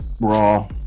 raw